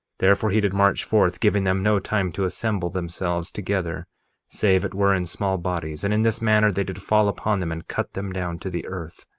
therefore he did march forth, giving them no time to assemble themselves together save it were in small bodies and in this manner they did fall upon them and cut them down to the earth.